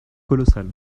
colossal